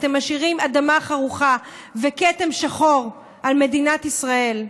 אתם משאירים אדמה חרוכה וכתם שחור על מדינת ישראל,